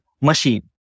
machine